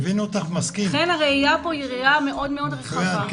לכן הראייה כאן היא ראייה מאוד-מאוד רחבה.